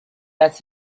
does